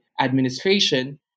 administration